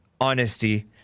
honesty